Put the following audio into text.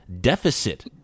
deficit